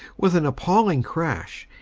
with an appalling crash,